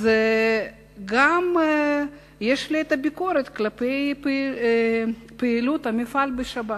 גם יש לי ביקורת כלפי פעילות ענפה בשבת.